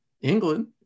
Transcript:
England